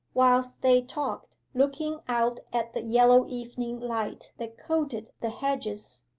whilst they talked, looking out at the yellow evening light that coated the hedges,